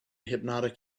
hypnotic